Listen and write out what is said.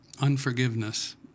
unforgiveness